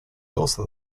also